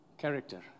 Character